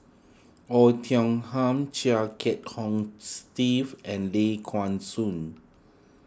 Oei Tiong Ham Chia Kiah Hong Steve and Ley Kuan Soon